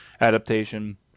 adaptation